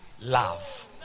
love